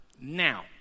Now